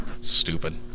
Stupid